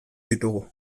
ditugu